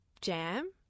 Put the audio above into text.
jam